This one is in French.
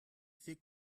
fait